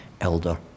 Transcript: elder